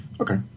Okay